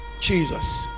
Jesus